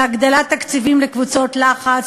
להגדלת תקציבים לקבוצות לחץ,